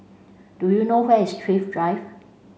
do you know where is Thrift Drive